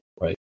right